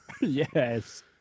Yes